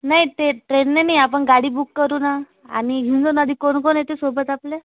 नाही ते ट्रेनने नाही आपण गाडी बुक करू ना आणि घेऊन जाऊ ना आधी कोण कोण येते सोबत आपल्या